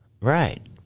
Right